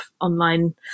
online